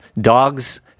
Dogs